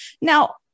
Now